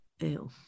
Ew